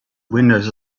windows